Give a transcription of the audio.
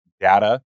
data